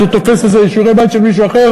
אז הוא תופס איזה שיעורי-בית של מישהו אחר